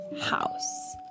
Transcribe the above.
house